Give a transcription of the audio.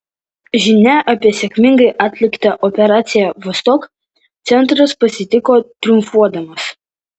žinią apie sėkmingai atliktą operaciją vostok centras pasitiko triumfuodamas